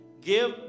give